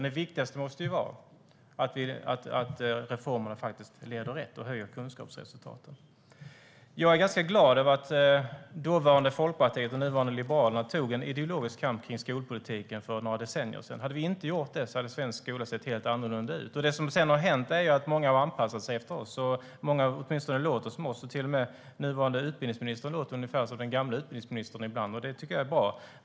Det viktigaste måste vara att reformerna leder rätt och höjer kunskapsresultatet. Jag är ganska glad över att dåvarande Folkpartiet, nuvarande Liberalerna, tog en ideologisk kamp om skolpolitiken för några decennier sedan. Hade vi inte gjort det hade svensk skola sett helt annorlunda ut. Det som sedan har hänt är att många har anpassat sig efter oss. Många låter som vi. Till och med utbildningsministern låter ibland som den gamle utbildningsministern, och det tycker jag är bra.